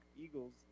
Eagles